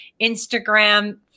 Instagram